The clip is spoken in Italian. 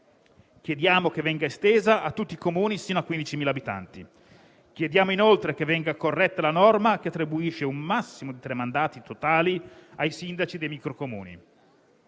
chiediamo che venga estesa a tutti i Comuni fino a 15.000 abitanti. Chiediamo altresì che venga corretta la norma che consente un massimo di tre mandati totali ai sindaci dei micro Comuni.